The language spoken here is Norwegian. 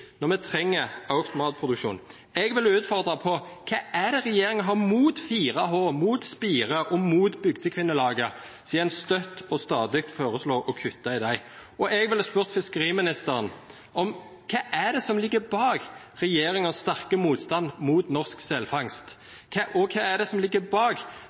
når vi trenger økt matproduksjon. Jeg ville utfordret på: Hva er det regjeringen har mot 4H, mot Spire og mot Bygdekvinnelaget siden en støtt og stadig foreslår å kutte til dem? Jeg ville spurt fiskeriministeren: Hva er det som ligger bak regjeringens sterke motstand mot norsk selfangst? Og: Hva er det som ligger bak